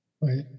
right